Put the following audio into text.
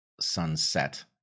sunset